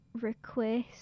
request